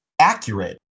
accurate